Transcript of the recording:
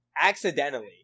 accidentally